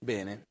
Bene